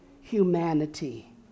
humanity